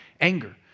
anger